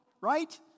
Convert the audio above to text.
right